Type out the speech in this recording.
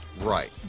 Right